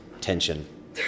tension